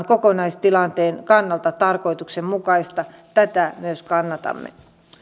kokonaistilanteen kannalta tarkoituksenmukaista tätä myös kannatamme